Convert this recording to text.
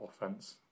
offense